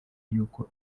yuko